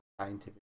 scientific